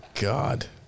God